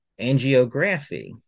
angiography